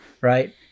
right